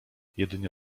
jedynie